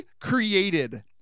created